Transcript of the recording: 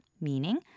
meaning